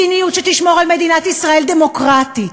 מדיניות שתשמור על מדינת ישראל דמוקרטית,